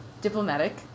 diplomatic